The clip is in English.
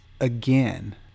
again